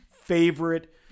favorite